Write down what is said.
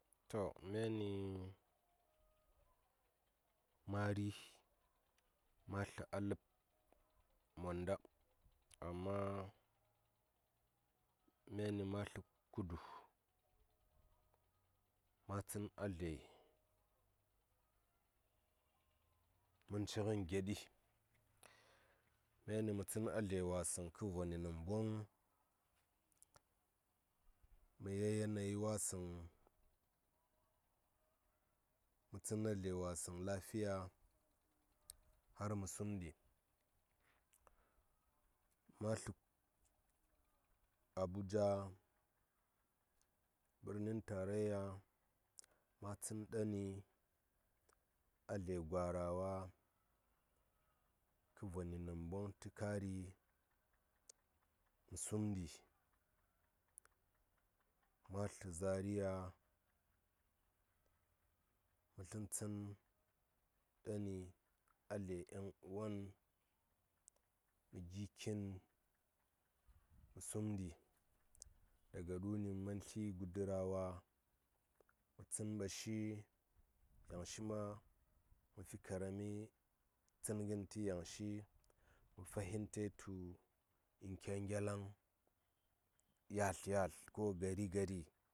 To myani ma ri ma tlə a ləb monda amma myani ma tlə kudu ma tsən a dlye mən ci ngən geɗi mya nimə tsən a dlye wa səŋ kə voni namboŋ mə yel yanayi wasəŋ mətsən a dlye wasəŋ lafiya har məsumdi ma tlə abuja birnin tarayya ma tsənɗani a dlye gwarawa kə voni namboŋ təkari mə sumdi ma tlə zariya mə sə tsən ɗani a dlye yan uwan mə gi kin mə sumdi daga ɗuni mə man tli gudərawa yan shi ma mə fi karami tsən ngən tə yaŋshi mə fahimtai tu in kya ngyalaŋ yalt- yalt ko gari -gari.